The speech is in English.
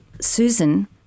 Susan